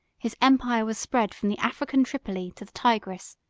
his empire was spread from the african tripoli to the tigris,